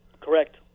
Correct